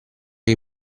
che